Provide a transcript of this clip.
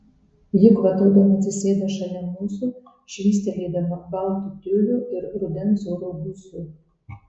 ji kvatodama atsisėda šalia mūsų švystelėdama baltu tiuliu ir rudens oro gūsiu